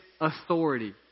authority